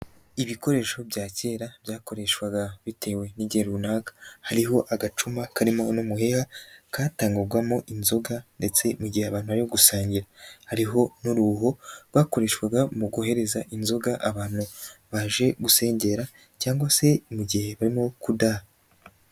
Ibikoresho bya kera byakoreshwaga bitewe n'igihe runaka, hariho agacuma karimo n'umuheha katangwagamo inzoga ndetse mu gihe abantu bari gusangira, hariho n'uruho bakoreshwaga mu guhereza inzoga abantu baje gusenngera cyangwa se mu gihe barimo kudaha.